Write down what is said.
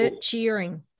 cheering